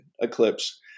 eclipse